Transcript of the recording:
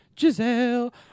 Giselle